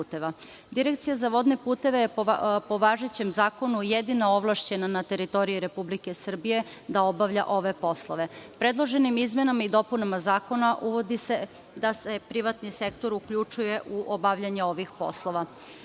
Direkcija za vodne puteve po važećem zakonu jedina je ovlašćena na teritoriji Republike Srbije da obavlja ove poslove. Predloženim izmena i dopunama Zakona uvodi se da se privatni sektor uključuje u obavljanje ovih poslova.